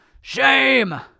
Shame